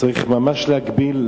צריך ממש להגביר,